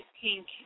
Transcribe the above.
pink